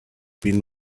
been